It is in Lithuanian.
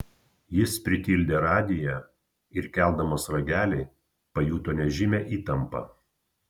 jis pritildė radiją ir keldamas ragelį pajuto nežymią įtampą